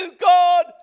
God